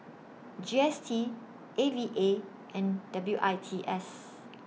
G S T A V A and W I T S